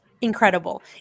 incredible